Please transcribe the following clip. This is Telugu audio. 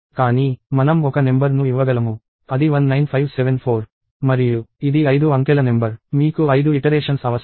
కానీ మనం ఒక నెంబర్ ను ఇవ్వగలము అది 19574 మరియు ఇది ఐదు అంకెల నెంబర్ మీకు ఐదు ఇటరేషన్స్ అవసరం